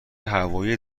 هوایی